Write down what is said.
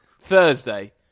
Thursday